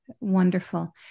Wonderful